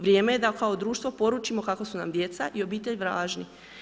Vrijeme je da kao društvo poručimo kako su nam djeca i obitelj važni.